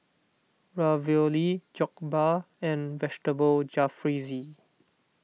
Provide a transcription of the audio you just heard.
Ravioli Jokbal and Vegetable Jalfrezi